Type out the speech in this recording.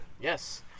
Yes